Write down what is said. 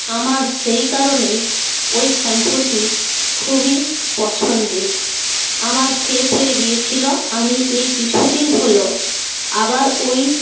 আমার সেই কারণেই ওই শ্যাম্পুটি খুবই পছন্দের আমার শেষ হয়ে গিয়েছিল আমি এই কিছু দিন হলো আবার ওই